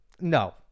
No